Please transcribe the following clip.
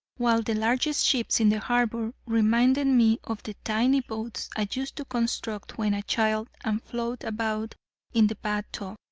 while the largest ships in the harbor reminded me of the tiny boats i used to construct when a child and float about in the bath-tub.